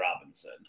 Robinson